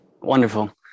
Wonderful